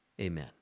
amen